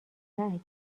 اکنون